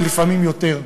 ולפעמים יותר.